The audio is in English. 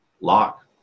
lock